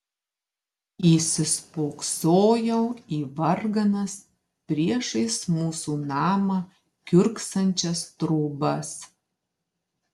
įsispoksojau į varganas priešais mūsų namą kiurksančias trobas